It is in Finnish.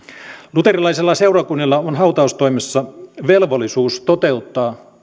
luterilaisilla seurakunnilla on on hautaustoimessa velvollisuus toteuttaa